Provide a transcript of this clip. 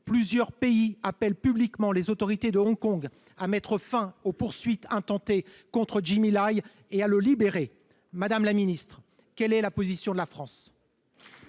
plusieurs pays ont appelé publiquement les autorités de Hong Kong à mettre fin aux poursuites intentées contre Jimmy Lai et à le libérer. Madame la ministre, quelle est la position de la France ?